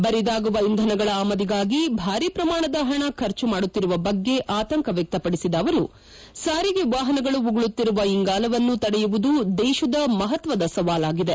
ಬರಿದಾಗುವ ಇಂಧನಗಳ ಆಮದಿಗಾಗಿ ಭಾರೀ ಪ್ರಮಾಣದ ಪಣಿಖರ್ಚು ಮಾಡುತ್ತಿರುವ ಬಗ್ಗೆ ಆತಂಕ ವ್ಯಕ್ತಪಡಿಸಿದ ಅವರು ಸಾರಿಗೆ ವಾಹನಗಳು ಉಗುಳುತ್ತಿರುವ ಇಂಗಾಲವನ್ನು ತಡೆಯುವುದು ದೇಶದ ಮಹತ್ವದ ಸವಾಲಾಗಿದೆ